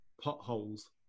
potholes